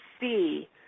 see